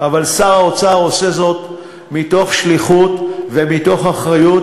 אבל שר האוצר עושה זאת מתוך שליחות ומתוך אחריות,